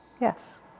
Yes